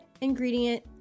ingredient